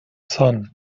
sun